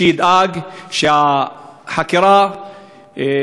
שידאג שהחקירה תהיה